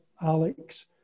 Alex